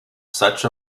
such